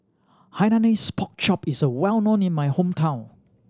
Hainanese Pork Chop is well known in my hometown